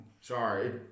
Sorry